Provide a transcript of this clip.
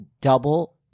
double